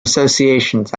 associations